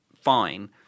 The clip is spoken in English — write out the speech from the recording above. fine